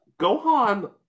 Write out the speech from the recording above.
Gohan